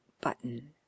button